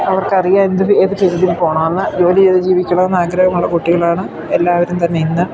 അവർക്ക് അറിയാം എന്ത് ഏത് ഫീൽഡിൽ പോകണമെന്ന് ജോലി ചെയ്തു ജീവിക്കണമെന്ന് ആഗ്രഹമുള്ള കുട്ടികളാണ് എല്ലാവരും തന്നെ ഇന്ന്